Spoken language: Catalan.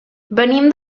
venim